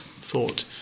thought